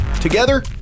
Together